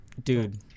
Dude